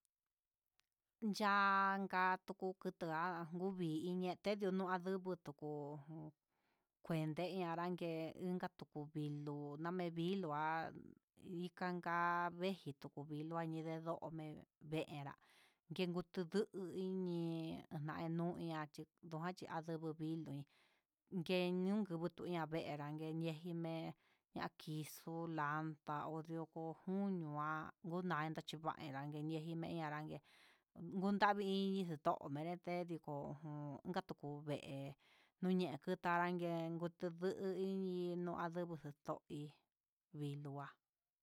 Chanka kutu ku ya'a kuvii iin te yu nó andubu tuku, kuente iin anranke inka tu viluu ndamé tu vilu nde vilu an mexito ko vilu anyee ndedojin vera niyen tuyuu ini ñañu ñachí, ndodachi nayuu vili ndendugu naxhiona vee yanke keminen nakixuu la'á, ta ondio ngu junio ha nguanata chiva'a nejan jerinme nanráke njunravi ini ni to'o merete inka tuko'ó vee untaye anrangue ngutu ndu inyen no'o andubu toí biluá.